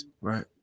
Right